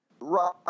Right